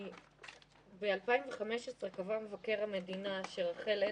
ב-2015 קבע מבקר המדינה, שרח"ל לא